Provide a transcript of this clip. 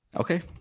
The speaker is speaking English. Okay